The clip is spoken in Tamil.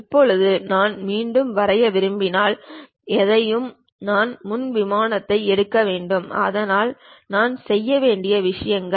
இப்போது நான் மீண்டும் வரைய விரும்பினால் எதையும் நான் முன் விமானத்தை எடுக்க வேண்டும் அதனால் நான் செய்ய வேண்டிய விஷயங்கள்